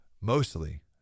Mostly